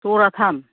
जराथाम